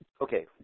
okay